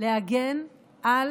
להגן על